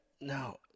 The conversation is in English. No